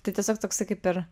tai tiesiog toksai kaip ir